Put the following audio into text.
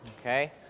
okay